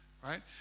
Right